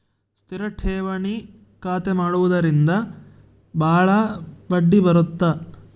ಸ್ಥಿರ ಠೇವಣಿ ಖಾತೆ ಮಾಡುವುದರಿಂದ ಬಾಳ ಬಡ್ಡಿ ಬರುತ್ತ